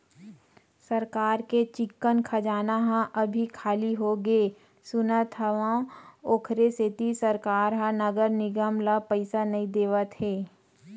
सरकार के चिक्कन खजाना ह अभी खाली होगे सुनत हँव, ओखरे सेती सरकार ह नगर निगम ल पइसा नइ देवत हे